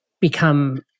become